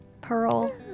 Pearl